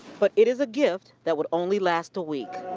but it is a gift that would only last a week.